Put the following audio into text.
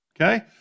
Okay